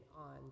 on